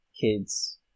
kids